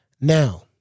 Now